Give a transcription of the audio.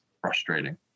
frustrating